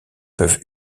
peuvent